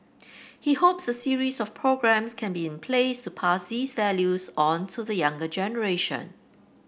he hopes a series of programmes can be in place to pass these values on to the younger generation